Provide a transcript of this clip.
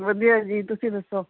ਵਧੀਆ ਜੀ ਤੁਸੀਂ ਦੱਸੋ